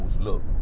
look